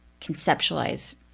conceptualize